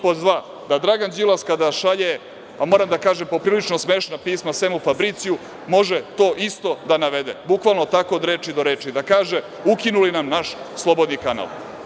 Pod dva, da Dragan Đilas kada šalje, moram da kažem poprilično smešna pisma Semu Fabriciju, može to isto da navede, bukvalno tako od reči do reči, da kaže – ukinuli nam naš slobodni kanal.